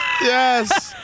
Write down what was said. yes